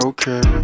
Okay